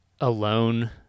alone